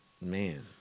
man